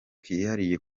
kihariye